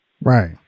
Right